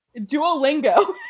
Duolingo